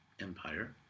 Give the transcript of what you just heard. Empire